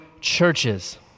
churches